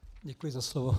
Děkuji za slovo.